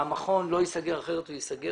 שהמכון לא ייסגר כי אחרת הוא ייסגר.